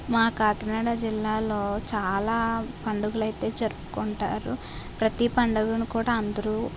మా కాకినాడ జిల్లాలో చాలా పండుగలు అయితే జరుపుకుంటారు ప్రతి పండుగను కూడా అందరూ